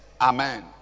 Amen